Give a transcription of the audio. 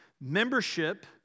Membership